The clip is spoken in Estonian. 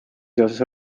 seoses